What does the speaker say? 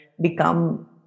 become